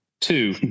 two